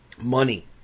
money